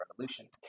revolution